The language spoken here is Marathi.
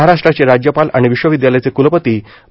महाराष्ट्राचे राज्यपाल आणि विश्वविद्यालयाचे कूलपती श्री